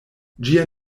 ĝia